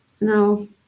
No